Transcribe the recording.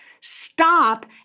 Stop